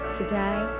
today